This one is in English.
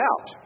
out